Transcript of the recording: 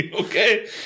Okay